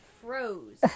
froze